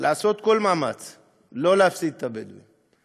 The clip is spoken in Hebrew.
לעשות כל מאמץ לא להפסיד את הבדואים.